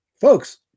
Folks